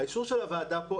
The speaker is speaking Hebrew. אישור הוועדה פה,